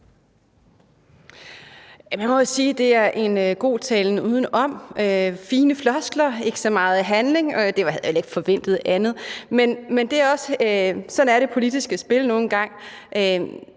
det er en god talen udenom, fine floskler, men ikke så meget handling. Jeg havde heller ikke forventet andet, for sådan er det politiske spil nu engang.